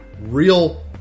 real